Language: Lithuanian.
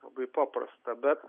labai paprasta bet